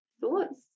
thoughts